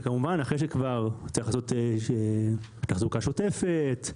וכמובן אחרי שכבר צריך לעשות תחזוקה שוטפת,